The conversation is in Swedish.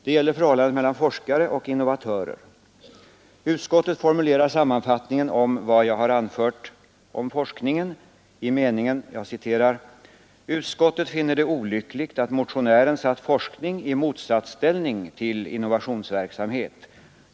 Det gäller förhållandet mellan forskare och innovatörer. Utskottet formulerar sammanfattningen om vad jag har anfört om forskningen i meningen: ”Utskottet finner det olyckligt att motionären satt forskning i motsatsställning till innovationsverksamhet.